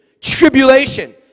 tribulation